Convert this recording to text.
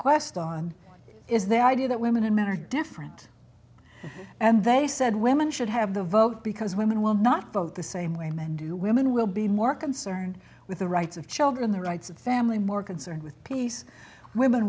quest on is their idea that women and men are different and they said women should have the vote because women will not vote the same way men do women will be more concerned with the rights of children the rights of family more concerned with peace women